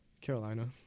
Carolina